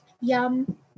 Yum